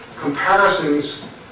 comparisons